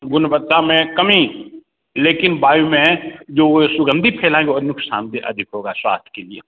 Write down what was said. गुणवत्ता में कमी लेकिन वायु में जो सुगंधित फैलाएँगे वह नुक़सानदेह अधिक होगा स्वास्थ्य के लिए